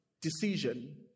decision